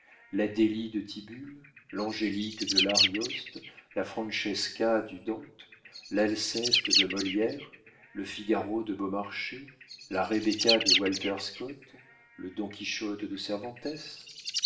la délie de tibulle l'angélique de l'arioste la francesca du dante l'alceste de molière le figaro de beaumarchais la rebecca de walter scott le don quichotte de cervantès